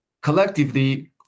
collectively